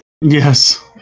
Yes